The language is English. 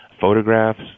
photographs